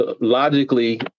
logically